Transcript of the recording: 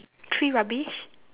three rubbish